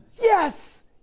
Yes